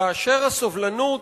כאשר הסובלנות